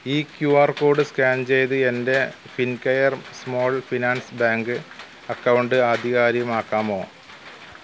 ഈ Q R code scan ചെയ്ത് എന്റെ Fincare small finance bank account ആധികാരികമാക്കാമോ